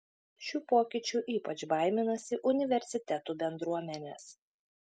šių pokyčių ypač baiminasi universitetų bendruomenės